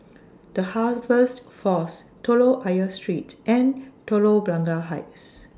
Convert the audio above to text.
The Harvest Force Telok Ayer Street and Telok Blangah Heights